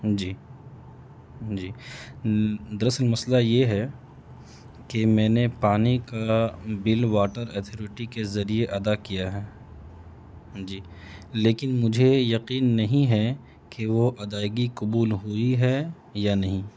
جی جی دراصل مسئلہ یہ ہے کہ میں نے پانی کا بل واٹر ایتورٹی کے ذریعے ادا کیا ہے جی لیکن مجھے یقین نہیں ہے کہ وہ ادائیگی قبول ہوئی ہے یا نہیں